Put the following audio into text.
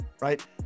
right